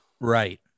Right